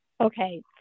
Okay